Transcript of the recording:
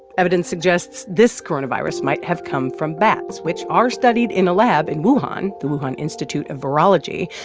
evidence suggests this coronavirus might have come from bats, which are studied in a lab in wuhan the wuhan institute of virology.